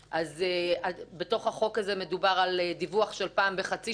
בתוך החוק הזה מדובר על דיווח של פעם בחצי שנה,